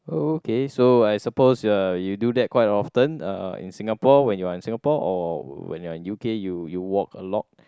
oh okay so I suppose uh you do that quite often uh in Singapore when you are in Singapore or when you are in U_K you you walk a lot